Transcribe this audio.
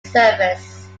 service